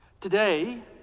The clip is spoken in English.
Today